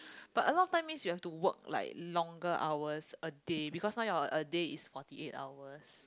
but a lot of time means you have to work like longer hours a day because now your a day is forty eight hours